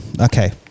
Okay